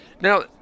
Now